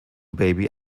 baby